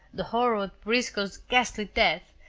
the horror at briscoe's ghastly death,